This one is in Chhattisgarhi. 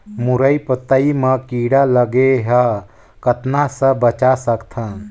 मुरई पतई म कीड़ा लगे ह कतना स बचा सकथन?